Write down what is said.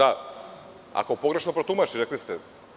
Ako pogrešno protumači, rekli ste.